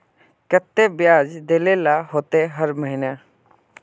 केते बियाज देल ला होते हर महीने?